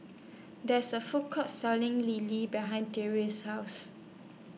There IS A Food Court Selling Lele behind Tressa's House